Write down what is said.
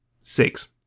six